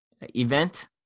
event